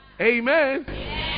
Amen